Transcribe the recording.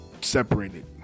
separated